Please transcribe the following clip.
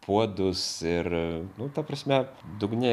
puodus ir nu ta prasme dugne